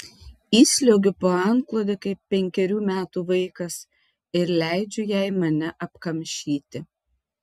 įsliuogiu po antklode kaip penkerių metų vaikas ir leidžiu jai mane apkamšyti